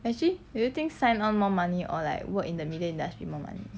actually do you think sign on more money or like work in the media industry more money